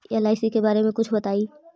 LIC के बारे मे कुछ बताई?